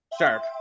sharp